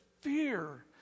fear